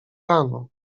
rano